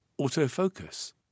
autofocus